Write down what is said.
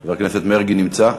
חבר הכנסת מרגי נמצא?